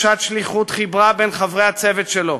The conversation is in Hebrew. תחושת שליחות חיברה בין חברי הצוות שלו.